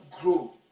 Grow